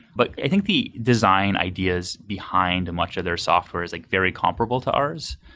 but i think the design ideas behind much of their software is like very comparable to ours,